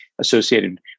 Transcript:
associated